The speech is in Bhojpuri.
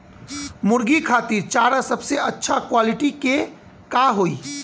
मुर्गी खातिर चारा सबसे अच्छा क्वालिटी के का होई?